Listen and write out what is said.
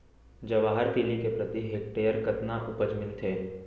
जवाहर तिलि के प्रति हेक्टेयर कतना उपज मिलथे?